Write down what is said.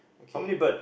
how many bird